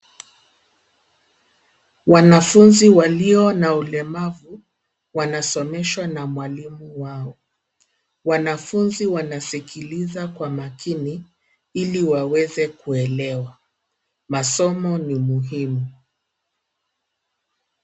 Wanafunzi walio na ulemavu wanasomeshwa na mwalimu wao. Wanafunzi wanasikiliza kwa makini ili waweze kuelewa. Masomo ni muhimu.